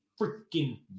freaking